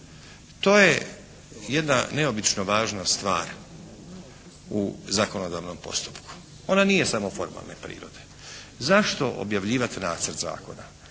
To je jedna neobično važna stvar u zakonodavnom postupku. Ona nije samo formalne prirode. Zašto objavljivat nacrt zakona?